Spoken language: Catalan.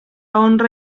honra